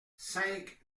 cinq